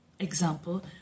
Example